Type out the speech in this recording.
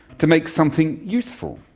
to make something useful,